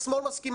השמאל מסכים,